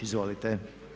Izvolite.